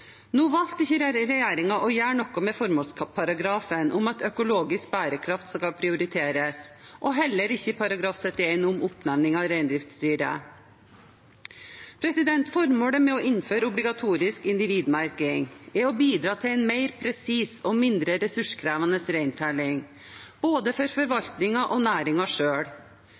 Nå valgte ikke regjeringen å gjøre noe med formålsparagrafen om at økologisk bærekraft skal prioriteres, og heller ikke § 71, om oppnevning av reindriftsstyret. Formålet med å innføre obligatorisk individmerking er å bidra til en mer presis og mindre ressurskrevende reintelling, både for forvaltningen og